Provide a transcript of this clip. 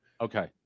Okay